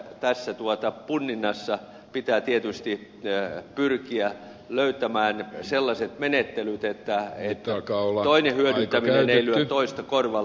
tässä punninnassa pitää tietysti pyrkiä löytämään sellaiset menettelyt että toinen hyödyntäminen ei lyö toista korvalle